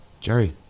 Jerry